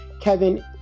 Kevin